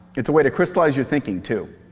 it's a way to crystallize your thinking, too.